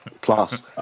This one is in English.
Plus